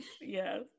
yes